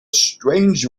strange